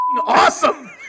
awesome